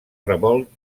revolt